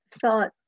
thought